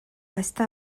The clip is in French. reste